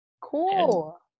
Cool